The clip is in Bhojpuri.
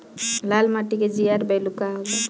लाल माटी के जीआर बैलू का होला?